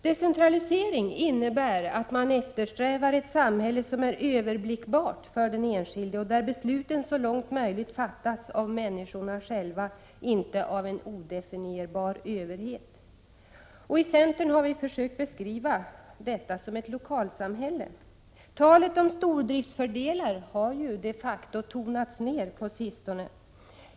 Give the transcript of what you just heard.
Decentralisering innebär att man eftersträvar ett samhälle som är överblickbart för den enskilde och där besluten så långt möjligt fattas av människorna själva — inte av en odefinierbar överhet. I centern har vi försökt beskriva detta som ett lokalsamhälle. Talet om stordriftsfördelar har de facto tonats ner på sistone.